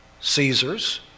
Caesar's